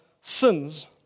sins